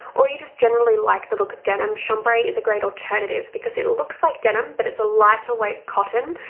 or you just generally like the look of denim, chambray is a great alternative because it looks like denim but it's a lighter weight cotton,